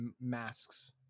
masks